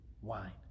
wine